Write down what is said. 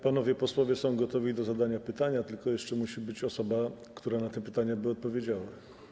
Panowie posłowie są gotowi do zadania pytania, tylko jeszcze musi być osoba, która na te pytania by odpowiedziała.